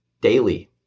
daily